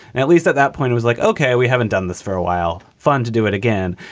at least at that point, was like, okay. we haven't done this for a while. fun to do it again.